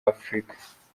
afrika